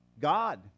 God